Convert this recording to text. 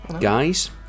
guys